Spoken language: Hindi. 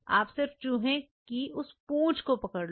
आप सिर्फ चूहे की उस पूंछ को पकड़ लो